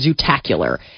Zootacular